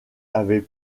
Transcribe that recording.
avait